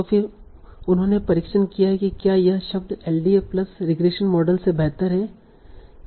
तो फिर उन्होंने परीक्षण किया कि क्या यह शब्द एलडीए प्लस रिग्रेशन मॉडल से बेहतर है